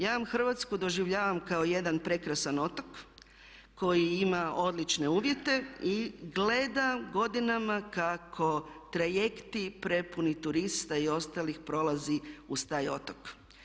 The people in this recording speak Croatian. Ja vam Hrvatsku doživljavam kao jedan prekrasan otok koji ima odlične uvjete i gleda godinama kako trajekti prepuni turista i ostalih prolazi uz taj otok.